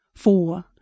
Four